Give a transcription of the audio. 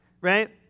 right